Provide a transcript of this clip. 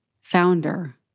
founder